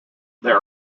there